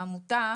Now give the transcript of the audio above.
העמותה